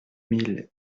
mille